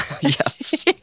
Yes